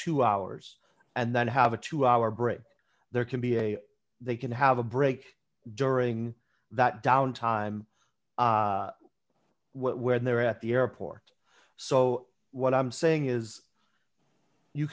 two hours and then have a two hour break there can be a they can have a break during that downtime where they're at the airport so what i'm saying is you